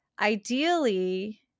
Ideally